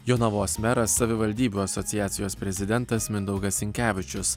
jonavos meras savivaldybių asociacijos prezidentas mindaugas sinkevičius